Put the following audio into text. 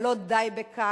אבל לא די בכך.